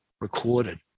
recorded